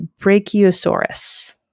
Brachiosaurus